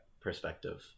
perspective